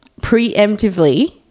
preemptively